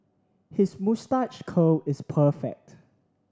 his moustache curl is perfect